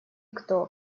кто